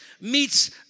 meets